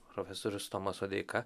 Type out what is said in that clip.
profesorius tomas sodeika